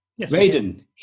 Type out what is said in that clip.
Raiden